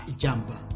jamba